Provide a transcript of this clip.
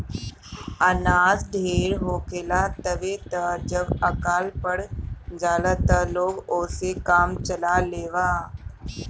अनाज ढेर होखेला तबे त जब अकाल पड़ जाला त लोग ओसे काम चला लेवेला